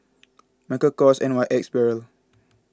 Michael Kors N Y X Barrel